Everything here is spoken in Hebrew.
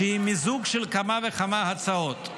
שהיא מיזוג של כמה וכמה הצעות,